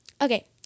Okay